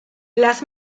las